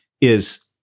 is-